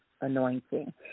anointing